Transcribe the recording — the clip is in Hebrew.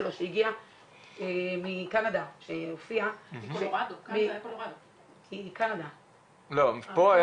מקנדה שהופיע בוועדה דרך הזום --- הוא היה